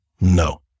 No